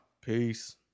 Peace